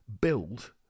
build